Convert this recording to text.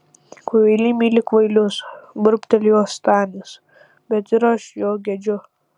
kvailiai myli kvailius burbtelėjo stanis bet ir aš jo gedžiu